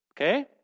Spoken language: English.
Okay